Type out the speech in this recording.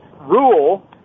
rule